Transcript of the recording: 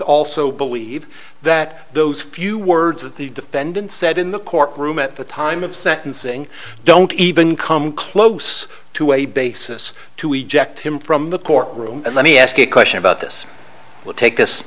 also believe that those few words that the defendant said in the court room at the time of sentencing don't even come close to a basis to egypt him from the court room and let me ask a question about this will take this